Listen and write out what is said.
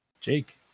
Jake